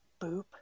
Boop